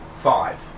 five